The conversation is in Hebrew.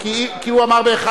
כציפי לבני.